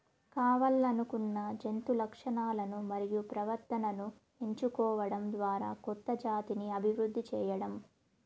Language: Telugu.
కావల్లనుకున్న జంతు లక్షణాలను మరియు ప్రవర్తనను ఎంచుకోవడం ద్వారా కొత్త జాతిని అభివృద్ది చేయడం